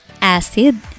Acid